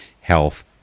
health